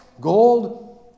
gold